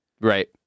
Right